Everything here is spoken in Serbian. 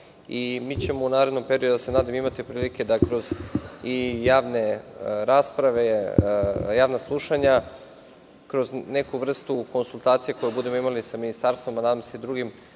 se da ćemo u narednom periodu imati prilike da kroz javne rasprave, javna slušanja, kroz neku vrstu konsultacija koje budemo imali sa Ministarstvom, a nadam se i drugim